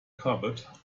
cupboard